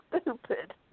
stupid